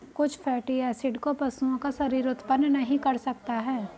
कुछ fatty acid को पशुओं का शरीर उत्पन्न नहीं कर सकता है